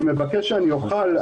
אני מבקש שאני אוכל,